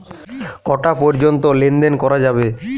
কটা পর্যন্ত লেন দেন করা যাবে?